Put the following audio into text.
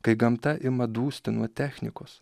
kai gamta ima dūsti nuo technikos